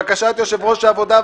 בקשת יו"ר ועדת העבודה,